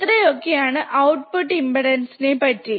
ഇത്രെയൊക്കെയാണ് output impedance നെ പറ്റി